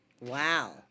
Wow